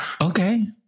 Okay